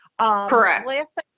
correct